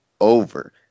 over